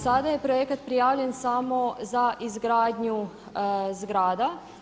Sada je projekat prijavljen samo za izgradnju zgrada.